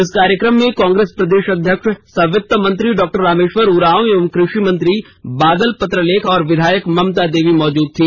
इस कार्यक्रम में कांग्रेस प्रदेश अध्यक्ष सह वित्त मंत्री डॉ रामेश्वर उरांव एवं कृषि मंत्री बादल पत्रलेख और विधायक ममता देवी मौजुद थी